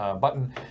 button